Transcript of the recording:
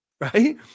right